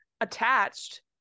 attached